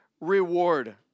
reward